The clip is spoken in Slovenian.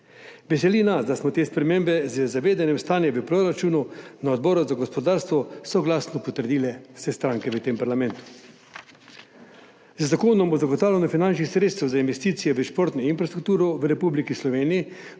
Veseli nas, da smo te spremembe z zavedanjem stanja v proračunu na Odboru za gospodarstvo soglasno potrdile vse stranke v tem parlamentu. Z Zakonom o zagotavljanju finančnih sredstev za investicije v športno infrastrukturo v Republiki Sloveniji